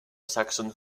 saxon